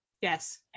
Yes